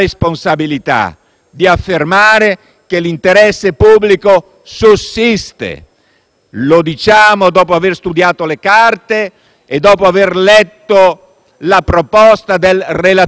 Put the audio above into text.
Noi di Fratelli d'Italia, quando è in gioco l'interesse nazionale, sappiamo bene da che parte ci dobbiamo schierare.